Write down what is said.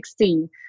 2016